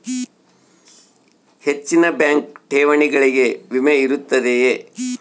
ಹೆಚ್ಚಿನ ಬ್ಯಾಂಕ್ ಠೇವಣಿಗಳಿಗೆ ವಿಮೆ ಇರುತ್ತದೆಯೆ?